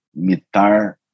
MITAR